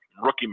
rookie